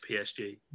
PSG